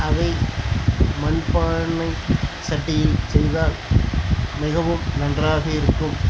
அதை மண் பானை சட்டியில் செய்தால் மிகவும் நன்றாக இருக்கும்